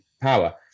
power